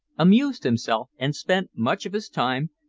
amused himself, and spent much of his time,